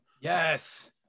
yes